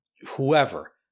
whoever